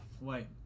Wait